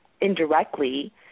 indirectly